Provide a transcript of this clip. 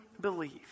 believe